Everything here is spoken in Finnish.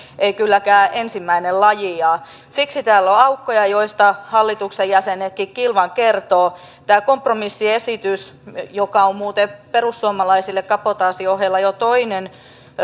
ei kylläkään ensimmäinen lajiaan siksi täällä on aukkoja joista hallituksen jäsenetkin kilvan kertovat tämä kompromissiesitys joka on muuten perussuomalaisille kabotaasin ohella jo toinen